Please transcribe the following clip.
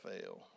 fail